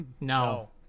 No